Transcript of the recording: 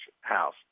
house